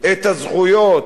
את הזכויות,